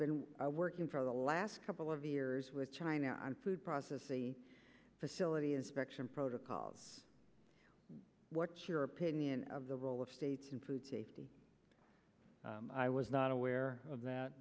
been working for the last couple of years with china on food processing facility inspection protocols what's your opinion of the role of states in food safety i was not aware of that